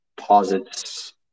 posits